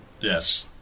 Yes